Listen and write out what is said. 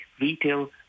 retail